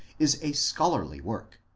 is a scholarly work,